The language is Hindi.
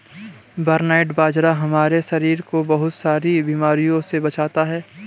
बरनार्ड बाजरा हमारे शरीर को बहुत सारी बीमारियों से बचाता है